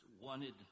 wanted